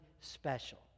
special